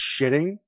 shitting